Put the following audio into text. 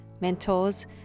mentors